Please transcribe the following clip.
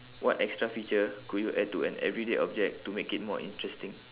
what extra feature could you add to an everyday object to make it more interesting